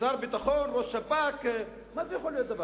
שר הביטחון, ראש השב"כ, מה זה יכול להיות?